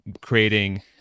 creating